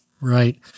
Right